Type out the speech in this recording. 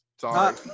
sorry